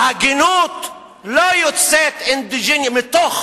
ההגינות לא יוצאת מתוך